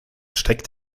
steckt